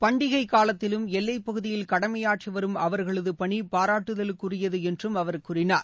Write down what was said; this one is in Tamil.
பண்டிகைக் காலத்திலும் எல்லைப் பகுதியில் கடமையாற்றி வரும் அவர்களது பணி பாராட்டுதலுக்குரியது என்றும் அவர் கூறினார்